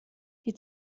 die